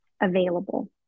available